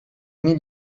mil